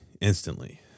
instantly